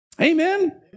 Amen